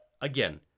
Again